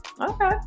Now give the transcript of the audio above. okay